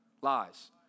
Lies